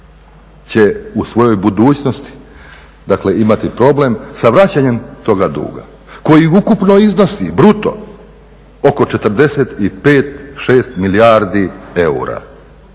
će u svojoj budućnosti, dakle imati problem sa vraćanjem toga duga koji ukupno iznosi bruto oko 45, šest milijardi eura.